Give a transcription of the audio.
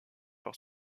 par